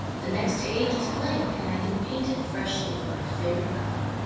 the next age is blank, and i can paint it freshly with my favourite colour.